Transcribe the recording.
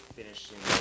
finishing